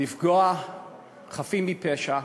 לפגוע בחפים מפשע,